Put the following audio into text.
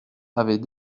avait